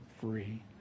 free